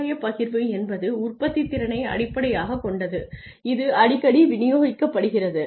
ஆதாயப் பகிர்வு என்பது உற்பத்தித்திறனை அடிப்படையாகக் கொண்டது இது அடிக்கடி விநியோகிக்கப்படுகிறது